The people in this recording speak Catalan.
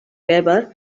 weber